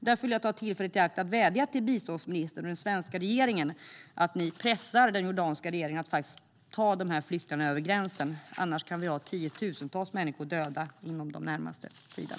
Därför vill jag ta tillfället i akt att vädja till biståndsministern och den svenska regeringen att pressa den jordanska regeringen att ta flyktingarna över gränsen. Annars kan vi ha tiotusentals döda människor inom den närmaste tiden.